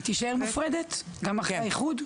היא תישאר מופרדת גם אחרי האיחוד?